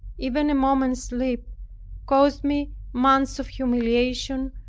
even a moment's slip caused me months of humiliation,